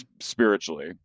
Spiritually